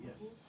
Yes